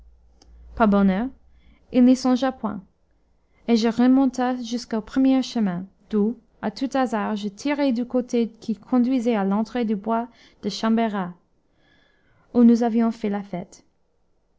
par bonheur il n'y songea point et je remontai jusqu'au premier chemin d'où à tout hasard je tirai du côté qui conduisait à l'entrée du bois de chambérat où nous avions fait la fête